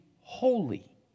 holy